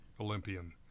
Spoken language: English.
Olympian